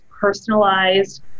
personalized